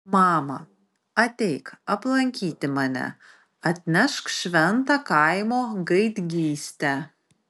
mama ateik aplankyti mane atnešk šventą kaimo gaidgystę